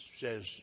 says